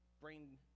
brain